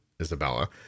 Isabella